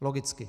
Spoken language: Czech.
Logicky.